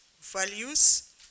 values